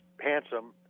handsome